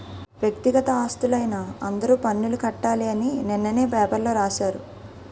వ్యక్తిగత ఆస్తులైన అందరూ పన్నులు కట్టాలి అని నిన్ననే పేపర్లో రాశారు